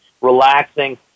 relaxing